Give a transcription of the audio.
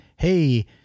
Hey